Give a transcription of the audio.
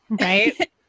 Right